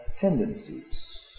tendencies